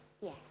yes